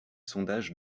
sondages